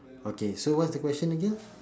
okay so what's the question again